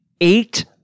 Eight